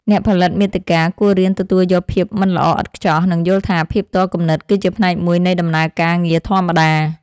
អ្នកផលិតមាតិកាគួររៀនទទួលយកភាពមិនល្អឥតខ្ចោះ និងយល់ថាភាពទាល់គំនិតគឺជាផ្នែកមួយនៃដំណើរការងារធម្មតា។